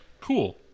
cool